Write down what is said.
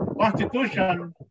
constitution